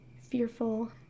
fearful